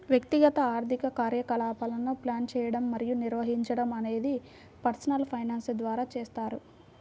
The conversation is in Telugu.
వ్యక్తిగత ఆర్థిక కార్యకలాపాలను ప్లాన్ చేయడం మరియు నిర్వహించడం అనేది పర్సనల్ ఫైనాన్స్ ద్వారా చేస్తారు